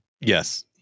Yes